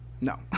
No